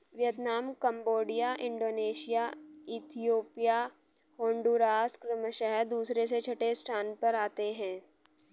Vietnam Cambodia Indonesia Ethiopia Honduras क्रमशः दूसरे से छठे स्थान पर आते हैं